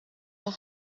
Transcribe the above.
der